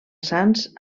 sants